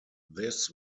this